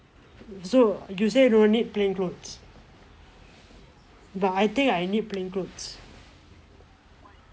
so you said don't need plain clothes but I think I need plain clothes